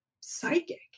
psychic